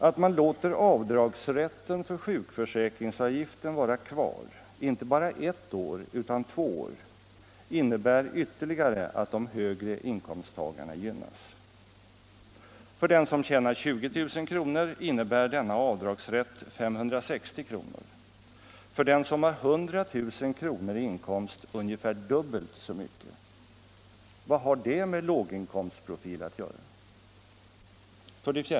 Att man låter rätten till avdrag för sjukförsäkringsavgiften vara kvar, inte bara ett år utan två år, innebär ytterligare att de högre inkomsttagarna gynnas. För den som tjänar 20 000 kr. innebär denna avdragsrätt 560 kr., för den som har 100 000 kr. i inkomst ungefär dubbelt så mycket. 4.